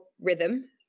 rhythm